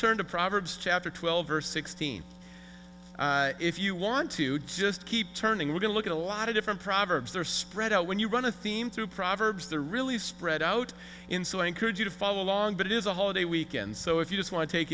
turn to proverbs chapter twelve or sixteen if you want to just keep turning we're going to look at a lot of different proverbs they're spread out when you run a theme through proverbs the really spread out in so i encourage you to follow along but it is a holiday weekend so if you just want to take